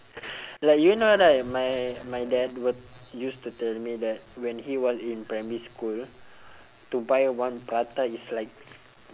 like you know right my my dad would used to tell me that when he was in primary school to buy one prata is like